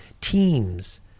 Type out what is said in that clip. teams